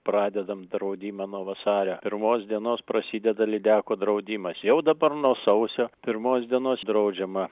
pradedam draudimą nuo vasario pirmos dienos prasideda lydekų draudimas jau dabar nuo sausio pirmos dienos draudžiama